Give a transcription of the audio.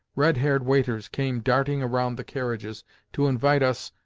red-haired waiters came darting around the carriages to invite us,